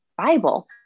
Bible